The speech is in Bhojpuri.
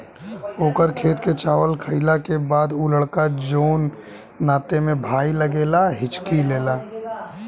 ओकर खेत के चावल खैला के बाद उ लड़का जोन नाते में भाई लागेला हिच्की लेता